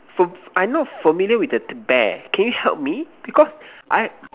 fam~ I not familiar with the the bear can you help me because I